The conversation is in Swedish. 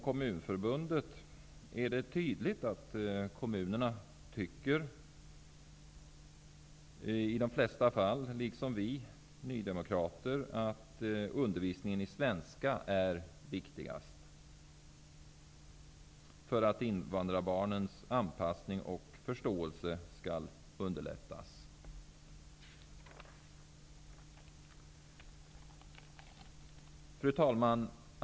Kommunförbundet är det tydligt att kommunerna i de flesta fall, liksom vi nydemokrater, tycker att undervisningen i svenska är viktigast för att invandrarbarnens anpassning och förståelse skall underlättas. Fru talman!